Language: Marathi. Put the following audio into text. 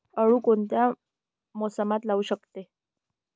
आळू कोणत्या मोसमात लावू शकतो?